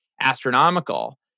astronomical